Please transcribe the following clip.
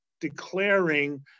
declaring